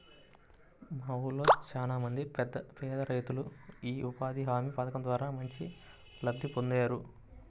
మా ఊళ్ళో చానా మంది పేదరైతులు యీ ఉపాధి హామీ పథకం ద్వారా మంచి లబ్ధి పొందేరు